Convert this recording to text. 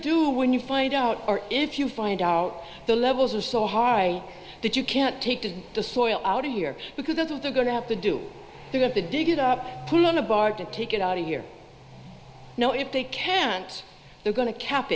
do when you find out or if you find out the levels are so high that you can't take to the soil out here because that's what they're going to have to do you have to dig it up put it on a barge to take it out here you know if they can't they're going to cap